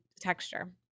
texture